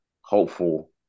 hopeful